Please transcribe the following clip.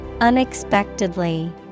Unexpectedly